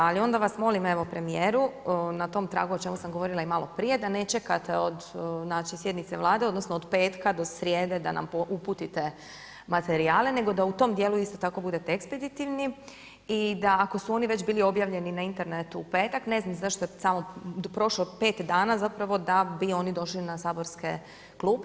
Ali onda vas molim, evo premijeru na tom tragu o čemu sam govorila i malo prije, da ne čekate od, znači sjednice Vlade, odnosno od petka do srijede da nam uputite materijale, nego da u tom dijelu isto tako budete ekspeditivni i da ako su oni već bili objavljeni na internetu u petak, ne znam zašto je samo prošlo pet dana zapravo da bi oni došli na saborske klupe.